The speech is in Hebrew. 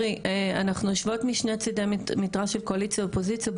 אנחנו יושבות משני צידי מתרס של קואליציה אופוזיציה.